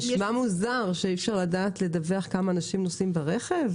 זה נשמע מוזר שאי אפשר לדווח כמה אנשים נוסעים ברכב.